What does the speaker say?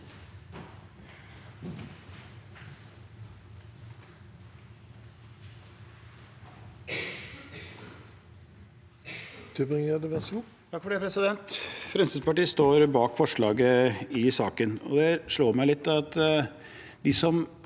Frem- skrittspartiet står bak forslaget i saken,